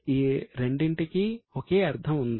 ఈ రెండింటికీ ఒకే అర్ధం ఉంది